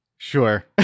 Sure